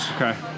Okay